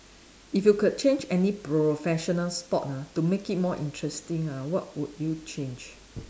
if you could change any professional sport ah to make it more interesting ah what would you change